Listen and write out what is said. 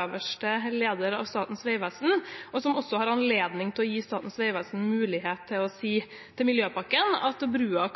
øverste leder av Statens vegvesen, og som også har anledning til å gi Statens vegvesen mulighet til å si til Miljøpakken at brua